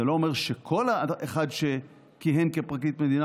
זה לא אומר שכל אחד שכיהן כפרקליט מדינה